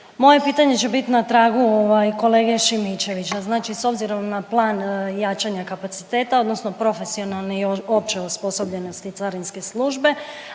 moje pitanje će biti na tragu ovaj kolege Šimičevića. Znači s obzirom na plan jačanja kapaciteta odnosno profesionalne i opće osposobljenosti carinske službe,